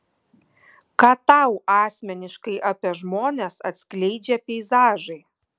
ką tau asmeniškai apie žmones atskleidžia peizažai